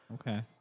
Okay